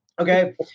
Okay